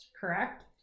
correct